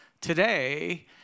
today